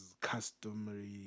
customary